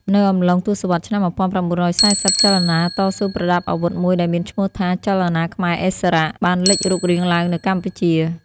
នៅអំឡុងទសវត្សរ៍ឆ្នាំ១៩៤០ ចលនាតស៊ូប្រដាប់អាវុធមួយដែលមានឈ្មោះថា ចលនាខ្មែរឥស្សរៈ បានលេចរូបរាងឡើងនៅកម្ពុជា។